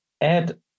add